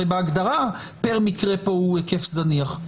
הרי בהגדרה פר מקרה פה הוא היקף זניח.